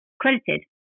credited